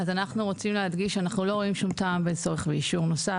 אנחנו רוצים להדגיש שאנחנו לא רואים שום טעם וצורך באישור נוסף.